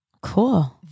Cool